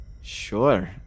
Sure